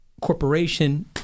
corporation